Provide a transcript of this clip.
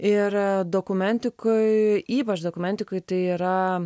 ir dokumentikoj ypač dokumentikoj tai yra